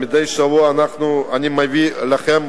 מדי שבוע אני מביא לכם,